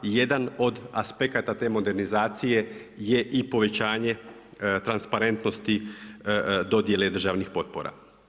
I jedan od aspekata te modernizacije je i povećanje transparentnosti dodjela državnih potpora.